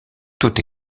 toute